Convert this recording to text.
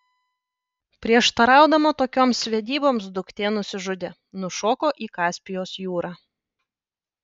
prieštaraudama tokioms vedyboms duktė nusižudė nušoko į kaspijos jūrą